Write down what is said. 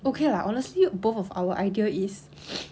okay lah honestly both of our ideas is